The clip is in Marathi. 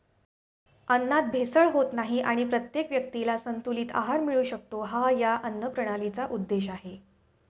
अन्नात भेसळ होत नाही आणि प्रत्येक व्यक्तीला संतुलित आहार मिळू शकतो, हा या अन्नप्रणालीचा उद्देश आहे